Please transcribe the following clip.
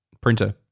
printer